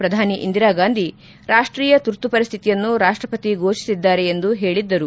ಶ್ರಧಾನಿ ಇಂದಿರಾಗಾಂಧಿ ರಾಜ್ಜೀಯ ತುರ್ತು ಪರಿಸ್ಥಿತಿಯನ್ನು ರಾಷ್ಟಪತಿ ಘೋಷಿಸಿದ್ದಾರೆ ಎಂದು ಹೇಳಿದ್ದರು